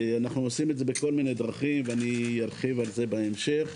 אנחנו עושים את זה בכל מיני דרכים ואני ארחיב על זה בהמשך.